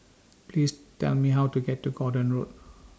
Please Tell Me How to get to Gordon Road